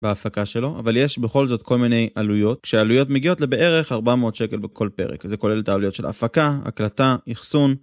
בהפקה שלו, אבל יש בכל זאת כל מיני עלויות, כשהעלויות מגיעות לבערך 400 שקל בכל פרק. זה כולל את העלויות של ההפקה, הקלטה, אחסון